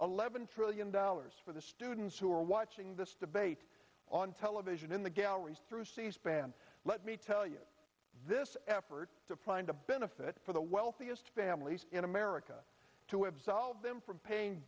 eleven trillion dollars for the students who are watching this debate on television in the galleries through c span let me tell you this effort to find a benefit for the wealthiest families in america to absolve them from paying